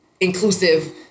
inclusive